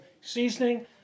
seasoning